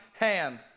hand